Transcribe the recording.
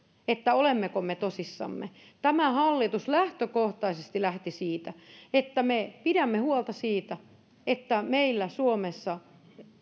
olemmeko me tosissamme tämä hallitus lähtökohtaisesti lähti siitä että me pidämme huolta siitä että meillä suomessa